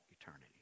eternity